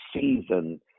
season